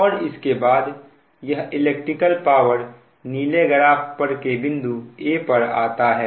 और इसके बाद यह इलेक्ट्रिकल पावर नीले ग्राफ पर के बिंदु a पर आता है